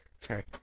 Sorry